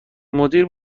مدیر